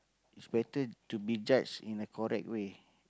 is better to be judged in a correct way